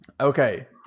Okay